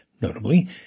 Notably